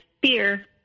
beer